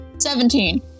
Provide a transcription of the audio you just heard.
Seventeen